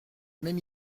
même